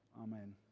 Amen